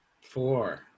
Four